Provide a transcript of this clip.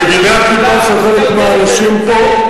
למגינת לבם של האנשים פה,